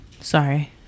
sorry